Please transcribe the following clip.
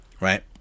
right